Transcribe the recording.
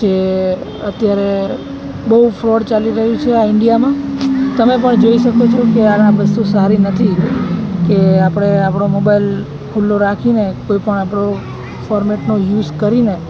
જે અત્યારે બહુ ફ્રોડ ચાલી રહ્યું છે આ ઈન્ડિયામાં તમે પણ જોઈ શકો છો કે યાર આ વસ્તુ સારી નથી કે આપણે આપણો મોબાઈલ ખુલ્લો રાખીને કોઈપણ આપણો ફોર્મેટનો યુસ કરીને